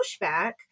pushback